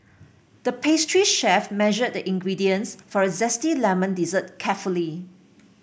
the pastry chef measured the ingredients for a zesty lemon dessert carefully